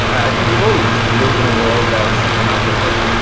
i think we've always lived in a world that's, you know, not perfect.